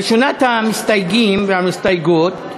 ראשונת המסתייגים והמסתייגות,